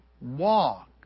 walk